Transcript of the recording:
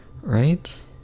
right